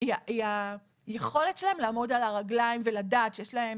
היא היכולת שלהן לעמוד על הרגליים ולדעת שיש להן